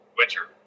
winter